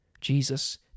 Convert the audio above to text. Jesus